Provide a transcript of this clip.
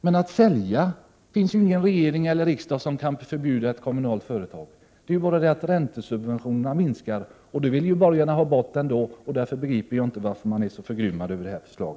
Men varken regeringen eller riksdagen kan förbjuda ett kommunalt företag att sälja. Räntesubventionerna minskar, men dessa vill ju borgarna ändå ha bort. Därför begriper jag inte varför de är så förgrymmade över detta förslag.